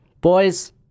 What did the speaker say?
Boys